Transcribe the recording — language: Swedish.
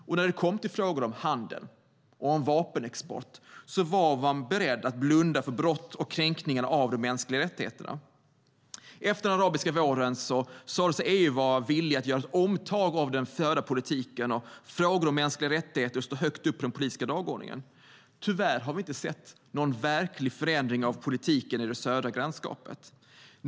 Och när det kommer till frågor om handel och vapenexport var man beredd att blunda för brott mot och kränkningar av de mänskliga rättigheterna. Efter den arabiska våren sa sig EU vilja göra ett omtag av den förda politiken, och frågor om mänskliga rättigheter stod högt upp på den politiska dagordningen. Tyvärr har vi inte sett någon verklig förändring av politiken i det södra grannskapet.